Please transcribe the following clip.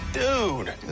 dude